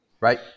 Right